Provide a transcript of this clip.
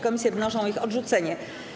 Komisje wnoszą o ich odrzucenie.